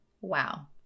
Wow